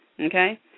okay